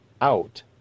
out